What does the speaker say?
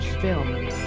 Film